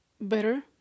better